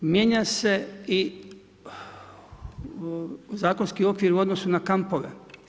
Mijenja se i zakonski okvir u odnosu na kampove.